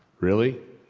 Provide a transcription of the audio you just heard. really?